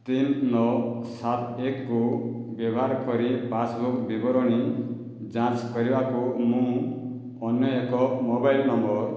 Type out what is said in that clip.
ତିନି ନଅ ସାତ ଏକକୁ ବ୍ୟବହାର କରି ପାସ୍ବୁକ୍ ବିବରଣୀ ଯାଞ୍ଚ୍ କରିବାକୁ ମୁଁ ଅନ୍ୟ ଏକ ମୋବାଇଲ୍ ନମ୍ବର୍